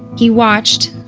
he watched,